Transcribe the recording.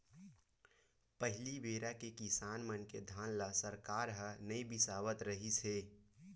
पहली बेरा के किसान मन के धान ल सरकार ह नइ बिसावत रिहिस हे